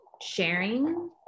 sharing